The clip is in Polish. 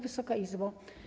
Wysoka Izbo!